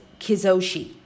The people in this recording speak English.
Kizoshi